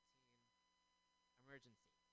emergency